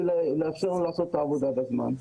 ולאפשר לנו לעשות את העבודה בזמן.